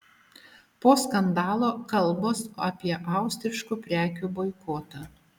po skandalo kalbos apie austriškų prekių boikotą